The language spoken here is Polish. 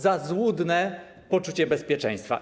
Za złudne poczucie bezpieczeństwa.